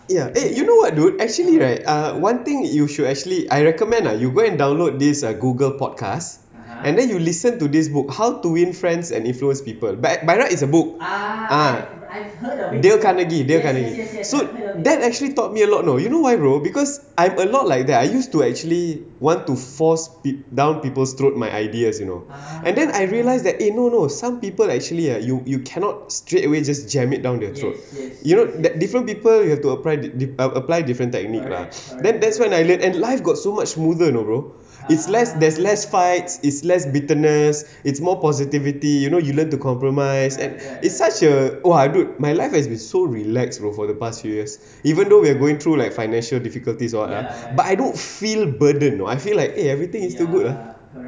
ya eh you know what dude actually what right uh one thing you should actually I recommend lah you go and download this google podcast and then you listen to this book how to win friends and influence people but by right it's a book ah dale carnegie dale carnegie so that actually taught me a lot you know you know why bro because I'm a lot like that I used to actually want to force down people's throat my ideas you know and then I realise that eh no no some people actually uh you you cannot straightaway just jam it down their throat you know different people you have to apply dif~ apply different technique lah then that's when I learn and life got so much smoother you know bro it's less there's less fights it's less bitterness it's more positivity you know you learn to compromise and it's such a !wah! dude my life has been so relax bro for the past few years even though we're going through like financial difficulties or what lah but I don't feel burdened you know I feel like a everything is still good lah